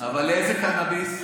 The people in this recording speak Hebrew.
אבל איזה קנביס?